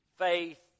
faith